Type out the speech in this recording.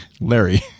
Larry